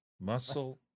muscle